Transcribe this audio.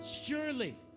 Surely